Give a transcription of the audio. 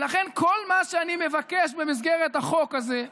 ולכן כל מה שאני מבקש במסגרת החוק הזה,